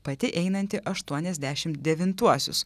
pati einanti aštuoniasdešim devintuosius